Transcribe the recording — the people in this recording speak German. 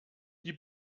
die